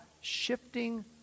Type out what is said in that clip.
shifting